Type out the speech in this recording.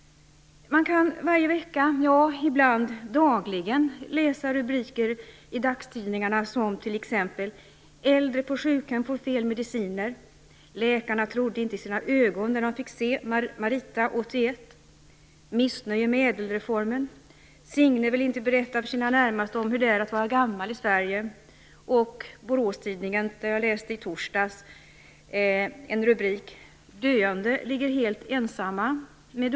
Man kan varje vecka - ja, ibland dagligen - läsa rubriker i dagstidningarna som t.ex.: "Äldre på sjukhem får fel mediciner", "Läkarna trodde inte sina ögon när de fick se Marita, 81", "Missnöje med ädelreformen", "Signe vill inte berätta för sina närmaste om hur det är att vara gammal i Sverige." I Boråstidningen läste jag i torsdags följande rubrik: "Döende ligger helt ensamma".